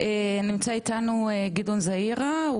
נמצא איתנו גדעון זעירא,